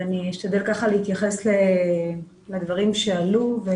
אשתדל להתייחס לדברים שעלו.